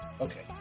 Okay